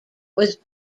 was